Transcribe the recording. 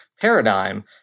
paradigm